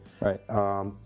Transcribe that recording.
Right